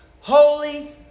holy